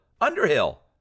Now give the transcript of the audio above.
Underhill